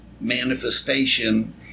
manifestation